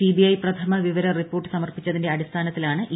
CBI പ്രഥമ വിവര report സ്മർപ്പിച്ചതിന്റെ അടിസ്ഥാനത്തിലാണ് ഇ